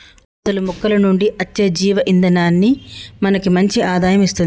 అసలు మొక్కల నుంచి అచ్చే జీవ ఇందనాన్ని మనకి మంచి ఆదాయం ఇస్తుంది